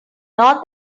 not